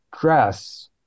dress